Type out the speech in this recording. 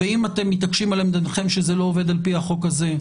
ואם אתם מתעקשים על עמדתכם שזה לא עובד על פי החוק הזה,